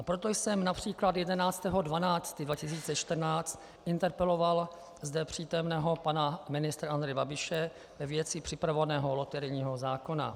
Proto jsem např. 11. 12. 2014 interpeloval zde přítomného pana ministra Andreje Babiše ve věci připravovaného loterijního zákona.